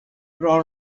però